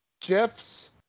GIFs